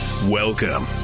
Welcome